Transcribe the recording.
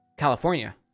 california